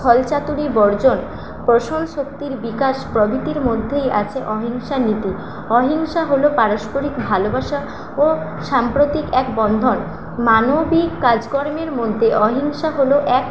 ছল চাতুরি বর্জন প্রসন শক্তির বিকাশ প্রভৃতির মধ্যেই আছে অহিংসা নীতি অহিংসা হল পারস্পরিক ভালোবাসা ও সাম্প্রতিক এক বন্ধন মানবিক কাজকর্মের মধ্যে অহিংসা হল এক